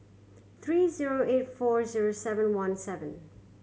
three zero eight four zero seven one seven